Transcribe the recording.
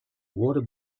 water